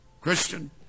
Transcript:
Christian